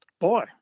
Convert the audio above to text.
boy